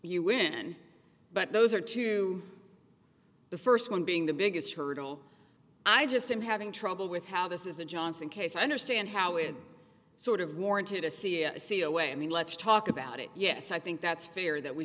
you win but those are two the first one being the biggest hurdle i just i'm having trouble with how this is a johnson case i understand how it sort of warranted assia you see a way i mean let's talk about it yes i think that's fair that we